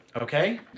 Okay